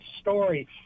story